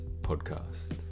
podcast